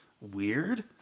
weird